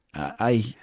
i,